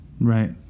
right